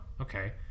okay